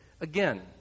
Again